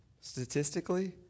statistically